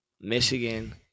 Michigan